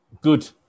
Good